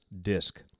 disk